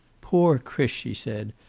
poor chris! she said.